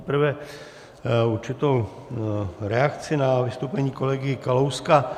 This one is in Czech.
Za prvé určitou reakci na vystoupení kolegy Kalouska.